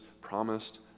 promised